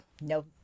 no